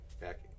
back